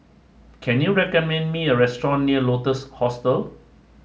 can you recommend me a restaurant near Lotus Hostel